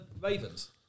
Ravens